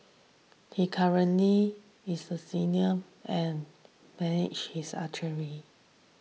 he currently is a senior and manage his